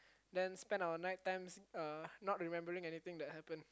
then spend our night times uh not remembering anything that happened